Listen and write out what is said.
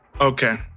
okay